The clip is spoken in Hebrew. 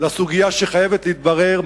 לסוגיה שחייבת להתברר,